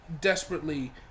desperately